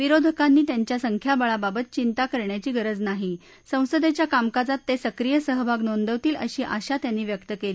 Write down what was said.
विरोधकांनी त्यांच्या संख्याबळाबाबत चिंता करण्याची गरज नाही संसदेच्या कामकाजात ते सक्रिय सहभाग नोंदवतील अशी आशा त्यांनी व्यक्त केली